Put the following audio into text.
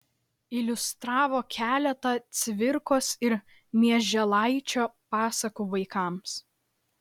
iliustravo keletą cvirkos ir mieželaičio pasakų vaikams